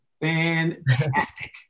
Fantastic